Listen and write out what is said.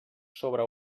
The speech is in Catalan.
sobre